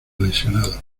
lesionado